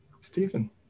Stephen